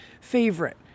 favorite